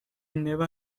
never